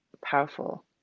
powerful